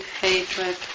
hatred